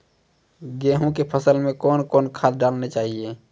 गेहूँ के फसल मे कौन कौन खाद डालने चाहिए?